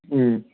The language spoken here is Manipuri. ꯎꯝ